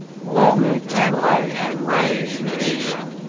long live tamburlaine, and reign in asia!